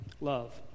love